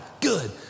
Good